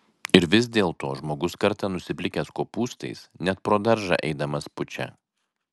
ir vis dėlto žmogus kartą nusiplikęs kopūstais net pro daržą eidamas pučia